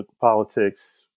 politics